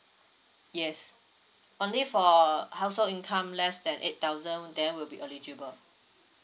yes only for household income less than eight thousand then will be eligible